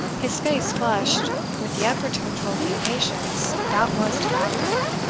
his face flushed with the effort to control the impatience that was devouring him.